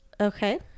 Okay